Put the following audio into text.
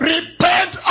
Repent